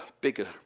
bigger